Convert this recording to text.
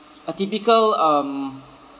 a typical um